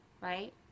right